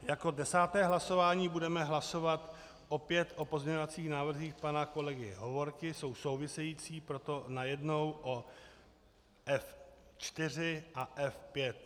Jako desáté hlasování budeme hlasovat opět o pozměňovacích návrzích pana kolegy Hovorky, jsou související, proto najednou o F4 a F5.